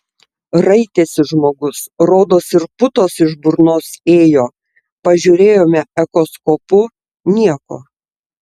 raitėsi žmogus rodos ir putos iš burnos ėjo pažiūrėjome echoskopu nieko